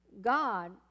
God